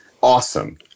awesome